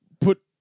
put